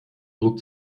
druck